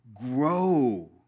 Grow